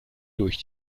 durch